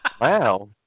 Wow